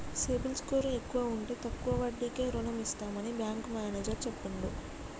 CIBIL score ఎక్కువ ఉంటే తక్కువ వడ్డీకే రుణం ఇస్తామని బ్యాంకు మేనేజర్ చెప్పిండు